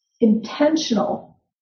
intentional